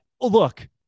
look